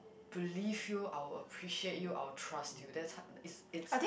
believe you I will appreciate you I will trust you that's h~ it's it's